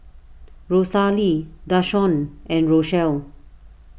Rosalie Dashawn and Rochelle